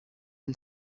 and